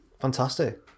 Fantastic